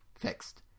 Fixed